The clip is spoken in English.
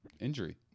injury